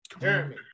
Jeremy